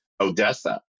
Odessa